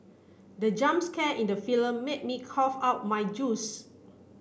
the jump scare in the film made me cough out my juice